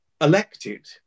elected